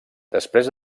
després